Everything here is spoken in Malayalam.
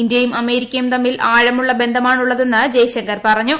ഇന്ത്യയും അമേരിക്കയും തമ്മിൽ ആഴ്മുള്ള ബന്ധമാണുള്ളതെന്ന് ജെയ് ശങ്കർ പറഞ്ഞു